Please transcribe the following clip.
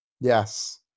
Yes